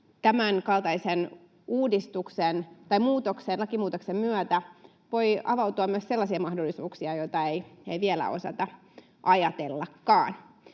tämänkaltaisen lakimuutoksen myötä voi avautua myös sellaisia mahdollisuuksia, joita ei vielä osata ajatellakaan.